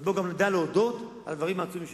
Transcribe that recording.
אז בואו גם נדע להודות על הדברים העצומים שנעשו.